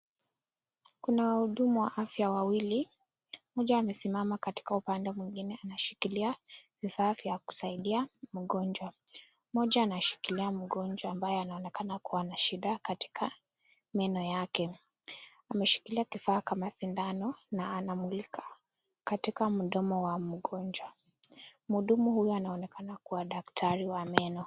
Kuna wahudumu wa afya wawili, mmoja amesimama katika upande mwingine anashikilia vifaa vya kumsaidia mgonjwa ,mmoja ameshikilia mgonjwa ambaye anaonekana akiwa na shida katika meno yake ameshikilia kifaa kama sindano na anamulika katika mdomo wa mgonjwa. Mhudumu huyu anaonekana kuwa daktari wa meno.